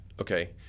okay